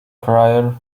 crier